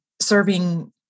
serving